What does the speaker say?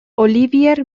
olivier